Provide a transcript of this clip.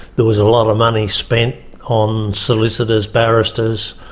there was a lot of money spent on solicitors, barristers,